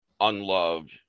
unloved